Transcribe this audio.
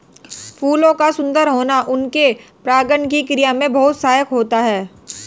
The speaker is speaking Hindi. फूलों का सुंदर होना उनके परागण की क्रिया में बहुत सहायक होता है